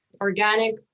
organic